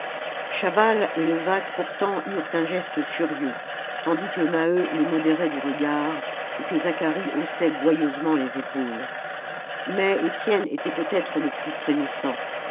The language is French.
chaval et levaque pourtant eurent un geste furieux tandis que maheu les modérait du regard et que zacharie haussait gouailleusement les épaules mais étienne était peut-être le plus frémissant